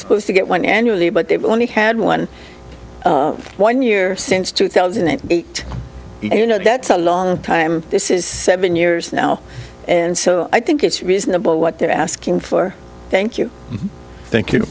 supposed to get one annually but only had one one year since two thousand and eight you know that's a long time this is seven years now and so i think it's reasonable what they're asking for thank you